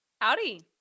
Howdy